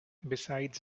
besides